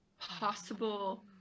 possible